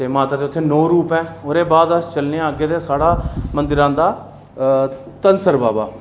माता दे उत्थै नौ रूप ऐ चलने आं अग्गै ते साढ़ा मंदर आंदा धनसर बाबा